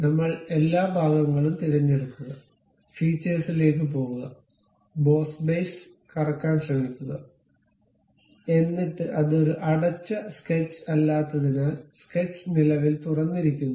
നമ്മൾ എല്ലാഭാഗങ്ങളും തിരഞ്ഞെടുക്കുക ഫീച്ചേഴ്സിലേക്ക് പോകുക ബോസ് ബേസ് കറക്കാൻ ശ്രമിക്കുക എന്നിട്ട് അത് ഒരു അടച്ച സ്കെച്ച് അല്ലാത്തതിനാൽ സ്കെച്ച് നിലവിൽ തുറന്നിരിക്കുന്നു